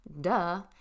Duh